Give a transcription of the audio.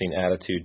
attitude